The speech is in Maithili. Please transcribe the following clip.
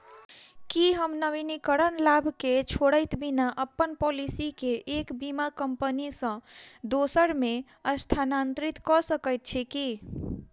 की हम नवीनीकरण लाभ केँ छोड़इत बिना अप्पन पॉलिसी केँ एक बीमा कंपनी सँ दोसर मे स्थानांतरित कऽ सकैत छी की?